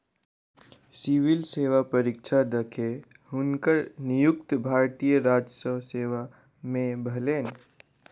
civil सेवा परीक्षा द के, हुनकर नियुक्ति भारतीय राजस्व सेवा में भेलैन